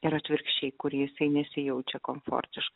ir atvirkščiai kur jisai nesijaučia komfortiš